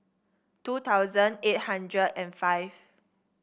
two thousand eight hundred and five